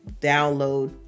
download